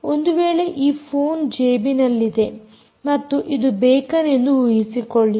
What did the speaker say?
ಒಂದು ವೇಳೆ ಈ ಫೋನ್ ಜೇಬಿನಲ್ಲಿದೆ ಮತ್ತು ಇದು ಬೇಕನ್ ಎಂದು ಊಹಿಸಿಕೊಳ್ಳಿ